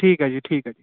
ਠੀਕ ਹੈ ਜੀ ਠੀਕ ਹੈ